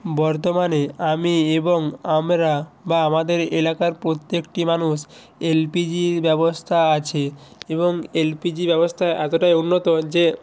বর্তমানে আমি এবং আমরা বা আমাদের এলাকার প্রত্যেকটি মানুষ এলপিজি ব্যবস্থা আছে এবং এলপিজি ব্যবস্থা এতোটাই উন্নত যে